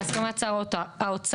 בהסכמת שר האוצר,